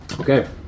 okay